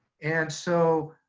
and so